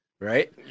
right